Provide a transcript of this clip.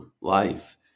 life